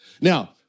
Now